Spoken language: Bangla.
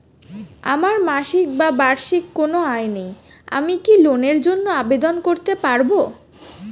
আমার মাসিক বা বার্ষিক কোন আয় নেই আমি কি লোনের জন্য আবেদন করতে পারব?